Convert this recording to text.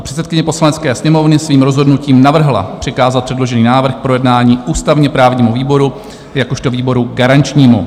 Předsedkyně Poslanecké sněmovny svým rozhodnutí navrhla přikázat předložený návrh k projednání ústavněprávnímu výboru jakožto výboru garančnímu.